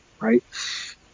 right